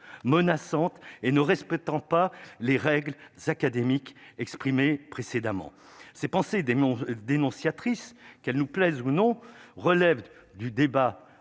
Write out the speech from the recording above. menaçante et ne respectant pas les règles s'académique exprimée précédemment ses pensées dénonce dénonciatrice qu'elles nous plaisent ou non relève du débat